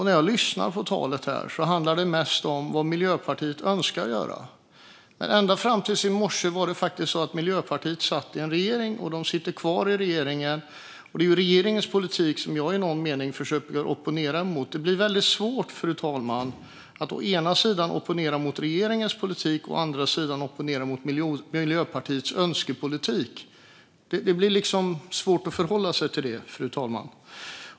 När jag lyssnar på talet handlar det mest om vad Miljöpartiet önskar göra, men ända fram till i morse satt Miljöpartiet faktiskt i en regering. De sitter kvar i regeringen, och det är regeringens politik som jag i någon mening försöker opponera mot. Det blir väldigt svårt, fru talman, att å ena sidan opponera mot regeringens politik och å andra sidan opponera mot Miljöpartiets önskepolitik. Det blir svårt att förhålla sig till detta, fru talman.